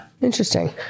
Interesting